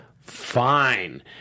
fine